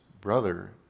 brother